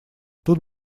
тут